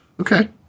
Okay